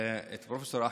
(החמרת ענישה בשל תקיפת צוות רפואי),